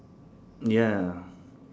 ya